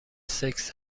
سکس